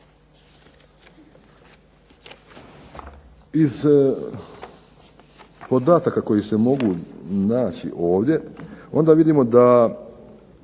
Iz podataka koji se mogu naći ovdje onda vidimo da